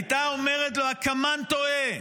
הייתה אומרת לו: הקמ"ן טועה,